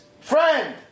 Friend